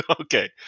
Okay